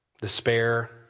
Despair